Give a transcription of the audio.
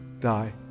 die